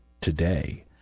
today